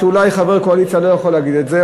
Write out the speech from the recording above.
ואולי חבר קואליציה לא יכול להגיד את זה,